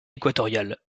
équatoriale